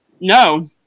No